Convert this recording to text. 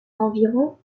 environ